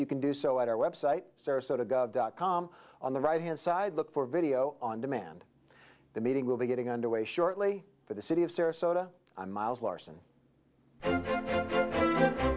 you can do so at our website sarasota dot com on the right hand side look for video on demand the meeting will be getting underway shortly for the city of sarasota miles larson